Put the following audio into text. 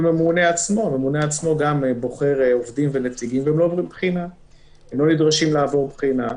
גם הממונה עצמו בוחר עובדים ונציגים והם לא נדרשים לעבור בחינה,